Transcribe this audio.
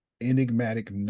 enigmatic